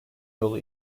yolu